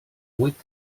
huit